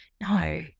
no